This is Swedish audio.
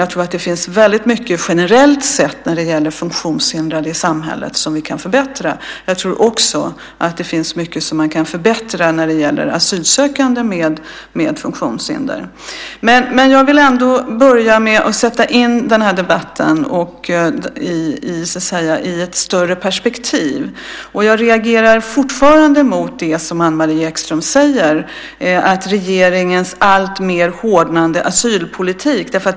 Jag tror att det finns väldigt mycket generellt sett när det gäller funktionshindrade i samhället som vi kan förbättra. Jag tror också att det finns mycket som man kan förbättra när det gäller asylsökande med funktionshinder. Jag vill dock börja med att sätta in denna debatt i ett större perspektiv. Jag reagerar fortfarande mot det som Anne-Marie Ekström säger om regeringens alltmer hårdnande asylpolitik.